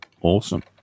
Awesome